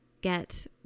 get